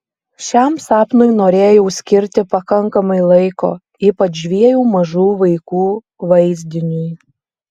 šiam sapnui norėjau skirti pakankamai laiko ypač dviejų mažų vaikų vaizdiniui